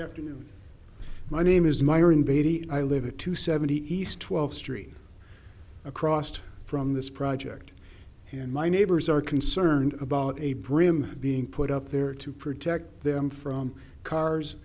afternoon my name is myron beatty i live it to seventy east twelve street across from this project and my neighbors are concerned about a broom being put up there to protect them from cars